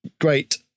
great